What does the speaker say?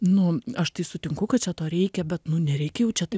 nu aš tai sutinku kad čia to reikia bet nu nereikia jau čia taip